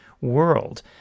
world